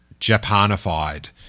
Japanified